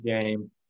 game